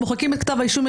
מוחקים את כתב האישום.